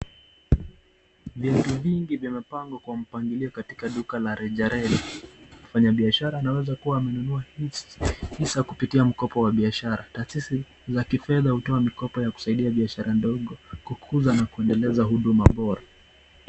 Vitu vingi vimepangwa kwa mpangilio katika duka la rejareja. Mfanyabiashara anaweza kuwa amenunua hisa kupitia mkopo wa biashara. Taasisi za kifedha hutoa mikopo ya kusaidia biashara ndogo kukuza na kuendeleza huduma bora.